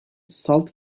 salt